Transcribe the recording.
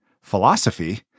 philosophy